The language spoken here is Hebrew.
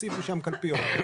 תציב שם קלפיות.